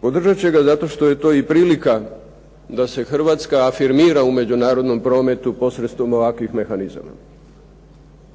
Podržat će ga zato što je to i prilika da se Hrvatska afirmira u međunarodnom prometu, posredstvom ovakvih mehanizama.